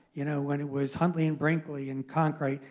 you know when it was huntley, and brinkley, and cronkite.